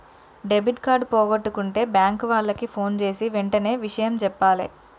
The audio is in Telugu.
డెబిట్ కార్డు పోగొట్టుకుంటే బ్యేంకు వాళ్లకి ఫోన్జేసి వెంటనే ఇషయం జెప్పాలే